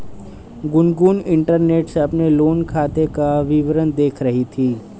Gungun internet से अपने loan खाते का विवरण देख रही थी